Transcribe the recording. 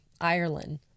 Ireland